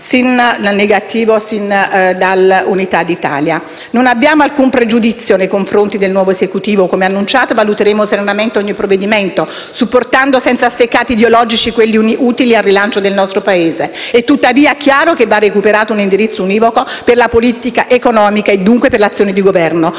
di nascite sin dall'Unità d'Italia. Non abbiamo alcun pregiudizio nei confronti del nuovo Esecutivo, come annunciato valuteremo serenamente ogni provvedimento, supportando senza steccati ideologici quelli utili al rilancio del nostro Paese. È tuttavia chiaro che va recuperato un indirizzo univoco per la politica economica e, dunque, per l'azione di Governo.